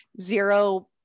zero